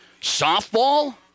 Softball